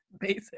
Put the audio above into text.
Basic